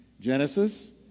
Genesis